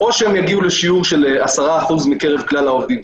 או שהם יגיעו לשיעור של 10% מקרב כלל העובדים,